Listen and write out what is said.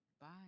Bye